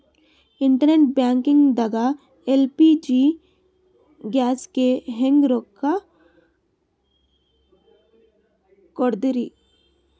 Internet banking ದಾಗ LPG ಗ್ಯಾಸ್ಗೆ ಹೆಂಗ್ ರೊಕ್ಕ ಕೊಡದ್ರಿ?